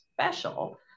special